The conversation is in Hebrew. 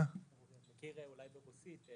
אני מכיר אותו ברוסית.